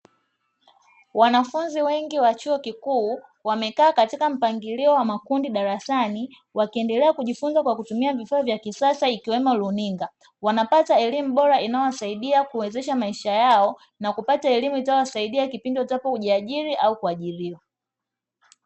Wanafunzi wengi wa chuo kikuu, wamekaa katika mpangilio wa makundi darasani, wakiendelea kujifunza kwa kutumia vifaa vya kisasa ikiwemo runinga. Wanapata elimu bora inayowasaidia kuwezesha maisha yao na kupata elimu itayowasaidia kipindi watapojiajiri au kuajiriwa.